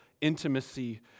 intimacy